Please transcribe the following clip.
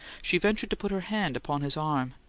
she ventured to put her hand upon his arm.